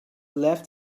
left